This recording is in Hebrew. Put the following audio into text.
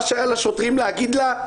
מה שהיה לשוטרים להגיד לה,